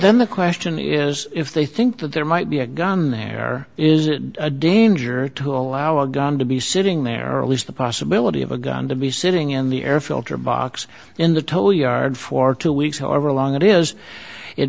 then the question is if they think that there might be a gun there is a danger to allow a gun to be sitting there or at least the possibility of a gun to be sitting in the air filter box in the tow yard for two weeks however long it is it